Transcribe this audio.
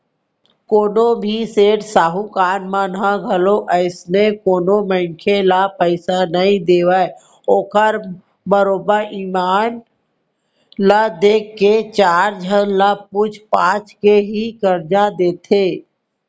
कोनो भी सेठ साहूकार मन ह घलोक अइसने कोनो मनखे ल पइसा नइ देवय ओखर बरोबर ईमान ल देख के चार झन ल पूछ पाछ के ही करजा देथे